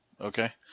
okay